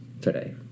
today